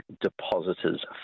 depositors